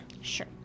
sure